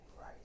Right